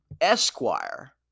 Esquire